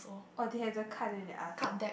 oh they have the card then they ask ah